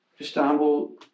Istanbul